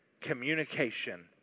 communication